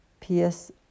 P.S